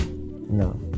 no